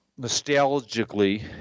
nostalgically